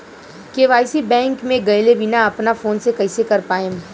KYC bank मे गएले बिना अपना फोन से कइसे कर पाएम?